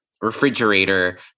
refrigerator